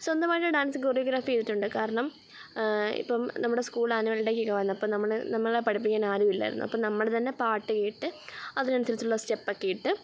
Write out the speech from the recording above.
സ്വന്തമായിട്ട് ഡാൻസ് കൊറിയോഗ്രാഫിയ്തിട്ടുണ്ട് കാരണം ഇപ്പോള് നമ്മുടെ സ്കൂൾ ആനുവൽ ഡേക്കൊക്കെ വന്നപ്പോള് നമ്മള് നമ്മളെ പഠിപ്പിക്കാൻ ആരുമില്ലായിരുന്നു അപ്പോള് നമ്മള് തന്നെ പാട്ട് കേട്ട് അതിനനുസരിച്ചുള്ള സ്റ്റെപ്പൊക്കെ ഇട്ട്